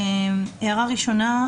ההערה הראשונה,